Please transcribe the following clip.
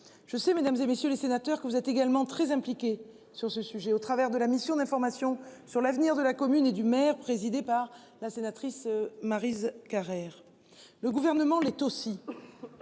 je sais mesdames et messieurs les sénateurs, que vous êtes également très impliqué sur ce sujet au travers de la mission d'information sur l'avenir de la commune et du maire, présidée par la sénatrice Maryse Carrère. Le gouvernement l'est aussi.